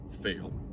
fail